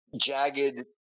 jagged